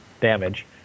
damage